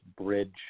bridge